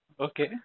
okay